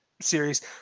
series